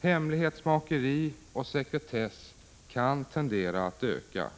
Hemlighetsmakeri och sekretess kan tendera att öka.